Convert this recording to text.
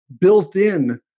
built-in